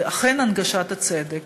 זה אכן הנגשת הצדק.